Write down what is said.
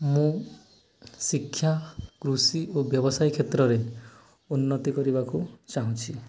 ମୁଁ ଶିକ୍ଷା କୃଷି ଓ ବ୍ୟବସାୟୀ କ୍ଷେତ୍ରରେ ଉନ୍ନତି କରିବାକୁ ଚାହୁଁଛି